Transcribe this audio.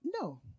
No